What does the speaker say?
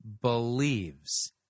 believes